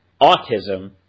autism